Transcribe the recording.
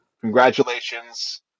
congratulations